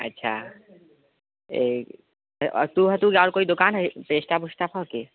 अच्छा और तु हतौ और कोई दुकान है तऽ स्टाफ उस्तफ हौ कि